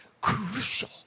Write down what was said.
crucial